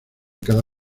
cada